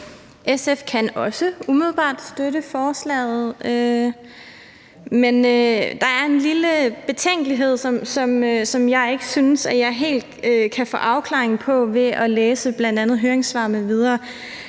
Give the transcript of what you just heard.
SF kan også umiddelbart støtte forslaget, men vi har en lille betænkelighed, som jeg ikke synes helt at få afklaring på ved at læse bl.a. høringssvar m.v.